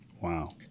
Wow